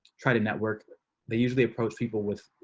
try to network. they usually approach people with,